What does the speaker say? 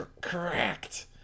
Correct